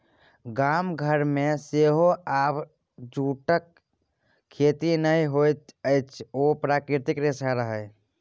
गाम घरमे सेहो आब जूटक खेती नहि होइत अछि ओ प्राकृतिक रेशा रहय